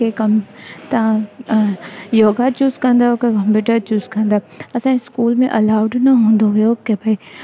के कमु त तव्हां योगा चूस कंदव की कंप्यूटर चूस कंदव असांजे इस्कूल में अलाउड न हूंदो हुयो की भाई